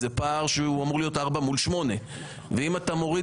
זה פער שאמור להיות 4 מול 8. אם אתה מוריד